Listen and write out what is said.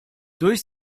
durch